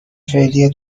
فعلی